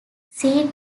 see